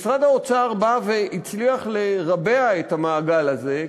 משרד האוצר בא והצליח לרבע את המעגל הזה,